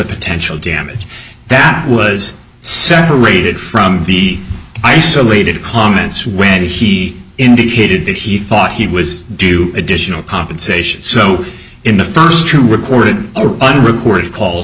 potential damage that was separated from the isolated comments when he indicated that he thought he was due additional compensation so in the first two recorded unrecorded calls